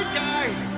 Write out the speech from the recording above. guide